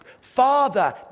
father